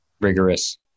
rigorous